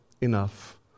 enough